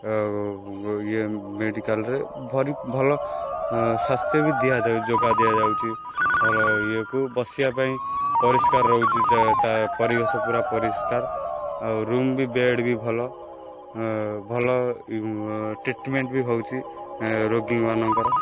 ଆଉ ଇଏ ମେଡ଼ିକାଲ୍ରେ ଭାରି ଭଲ ସ୍ୱାସ୍ଥ୍ୟ ବି ଦିଆଯାଉଛି ଯୋଗା ଦିଆଯାଉଛି ଭଲ ଇଏ କୁ ବସିବା ପାଇଁ ପରିଷ୍କାର ରହୁଛି ପରିବେଶ ପୁରା ପରିଷ୍କାର ଆଉ ରୁମ୍ ବି ବେଡ଼୍ ବି ଭଲ ଭଲ ଟ୍ରିଟମେଣ୍ଟ୍ ବି ହଉଛି ରୋଗୀମାନଙ୍କର